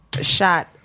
shot